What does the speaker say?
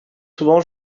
souvent